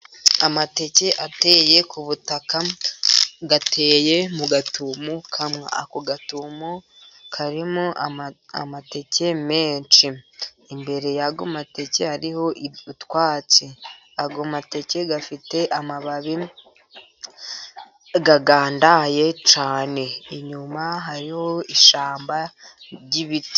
Amateke ateye ku butaka, ateye mu gatumo kamwe, ako gatumo karimo amateke menshi, imbere yayo mateke hariho utwatsi, ayo mateke afite amababi agandaye cyane, inyuma hariho ishyamba ry'ibiti.